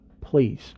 Please